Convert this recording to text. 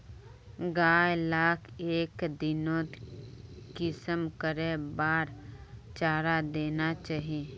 गाय लाक एक दिनोत कुंसम करे बार चारा देना चही?